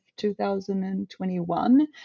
2021